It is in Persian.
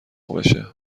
بشه